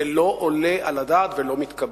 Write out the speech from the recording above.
זה לא עולה על הדעת ולא מתקבל.